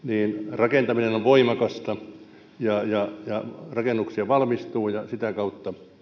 rakentaminen on voimakasta ja ja rakennuksia valmistuu sitä kautta